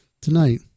tonight